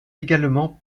également